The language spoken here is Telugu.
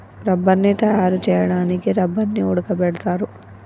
రబ్బర్ని తయారు చేయడానికి రబ్బర్ని ఉడకబెడతారు